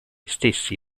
stessi